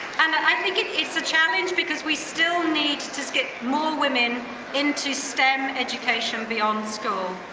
and i think it's a challenge because we still need to get more women into stem education beyond school.